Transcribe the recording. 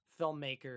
filmmaker